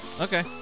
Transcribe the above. okay